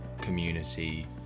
community